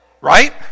Right